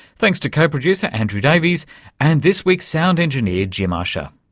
thanks to co-producer andrew davies and this week's sound engineer jim ussher.